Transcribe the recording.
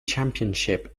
championship